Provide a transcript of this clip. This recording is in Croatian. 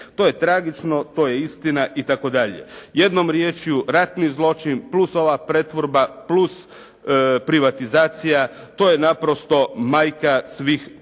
To je tragično, to je istina itd.. Jednom riječju, ratni zločin, plus ova pretvorba, plus privatizacija, to je naprosto majka svih korupcija.